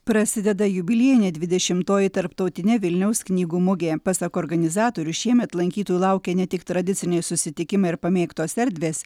prasideda jubiliejinė dvidešimtoji tarptautinė vilniaus knygų mugė pasak organizatorių šiemet lankytojų laukia ne tik tradiciniai susitikimai ir pamėgtos erdvės